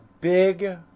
big